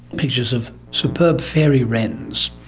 pictures of superb fairy wrens,